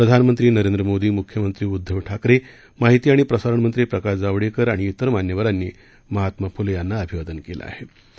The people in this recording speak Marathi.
प्रधानमंत्री नरेंद्र मोदी मुख्यमंत्री उद्दव ठाकरे माहिती आणि प्रसारण मंत्री प्रकाश जावडेकर आणि तिर मान्यवरांनी महात्मा फुले यांना आदरांजली वाहिली